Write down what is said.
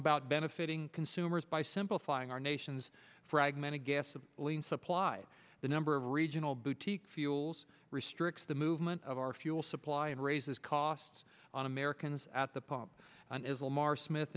about benefiting consumers by simplifying our nation's fragmented gas lean supply the number of regional boutique fuels restricts the movement of our fuel supply and raises costs on americans at the pump and islam are smith